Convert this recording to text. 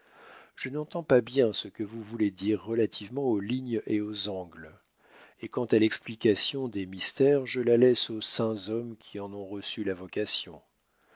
je n'entends pas bien ce que vous voulez dire relativement aux lignes et aux angles et quant à l'explication des mystères je la laisse aux saints hommes qui en ont reçu la vocation